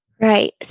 Right